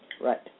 Right